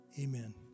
Amen